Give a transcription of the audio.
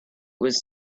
was